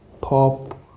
pop